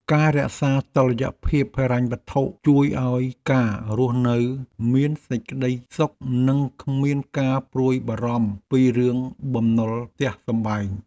ការរក្សាតុល្យភាពហិរញ្ញវត្ថុជួយឱ្យការរស់នៅមានសេចក្ដីសុខនិងគ្មានការព្រួយបារម្ភពីរឿងបំណុលផ្ទះសម្បែង។